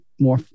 more